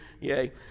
Yay